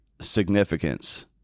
significance